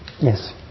Yes